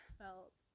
felt